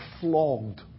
flogged